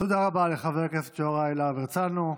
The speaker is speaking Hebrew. תודה רבה לחבר הכנסת יוראי להב הרצנו,